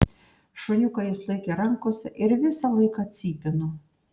šuniuką jis laikė rankose ir visą laiką cypino